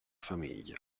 famiglia